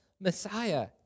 Messiah